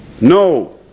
No